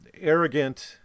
arrogant